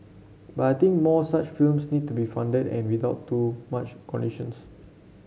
but I think more such films need to be funded and without too many conditions